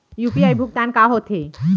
UPI भुगतान का होथे?